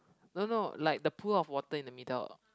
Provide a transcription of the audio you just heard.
no no like the pool of water in the middle